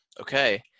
Okay